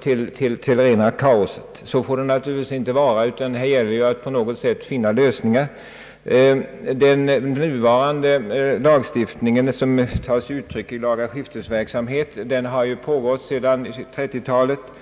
till rena kaoset. Men så får det naturligtvis inte vara, utan det gäller ju att på något sätt finna lösningar. Den nuvarande lagstiftningen, som tar sig uttryck i lagaskiftesverksamhet, har gällt sedan 1930 talet.